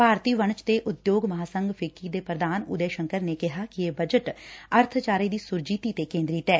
ਭਾਰਤੀ ਵਣਜ ਤੇ ਉਦਯੋਗ ਮਹਾਸੰਘ ਫਿੱਕੀ ਦੇ ਪ੍ਰਧਾਨ ਉਦੈ ਸ਼ੰਕਰ ਨੇ ਕਿਹਾ ਕਿ ਇਹ ਬਜਟ ਅਰਥਚਾਰੇ ਦੀ ਸੁਰਜੀਤੀ ਤੇ ਕੇਦਰਿਤ ਐ